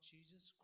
Jesus